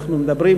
אנחנו מדברים,